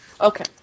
Okay